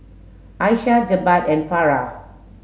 Aisyah Jebat and Farah